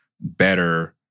better